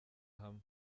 hamwe